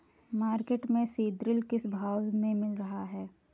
Market में सीद्रिल किस भाव में मिल रहा है?